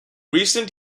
recent